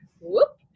whoop